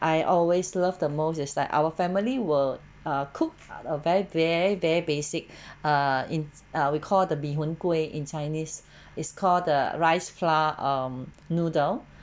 I always love the most is like our family will ah cook a very very very basic err in err we call the mee hoon kueh in chinese is called the rice flour um noodle